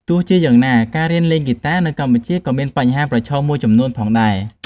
ទោះជាយ៉ាងណា ការរៀនលេងហ្គីតានៅកម្ពុជាក៏មានបញ្ហាប្រឈមមួយចំនួនផងដែរ។